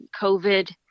COVID